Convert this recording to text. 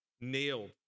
nailed